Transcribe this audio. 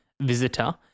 visitor